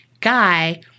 guy